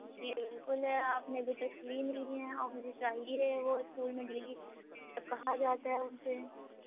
جی بالکل ہے آپ نے ابھی تک سلی نہیں ہیں اور مجھے چاہیے ہے وہ اسکول میں ڈیلی کہا جاتا ہے ان سے